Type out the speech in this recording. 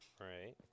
right